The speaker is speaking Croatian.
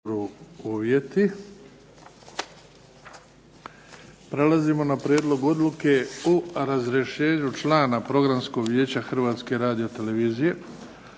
to zove Prijedlog odluke o razrješenju člana Programskog vijeća Hrvatske radio-televizije